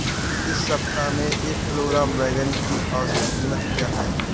इस सप्ताह में एक किलोग्राम बैंगन की औसत क़ीमत क्या है?